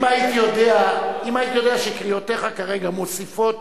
אם הייתי יודע שקריאותיך כרגע מוסיפות